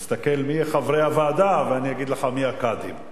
תסתכל מי חברי הוועדה ואני אגיד לך מי הקאדים.